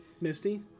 Misty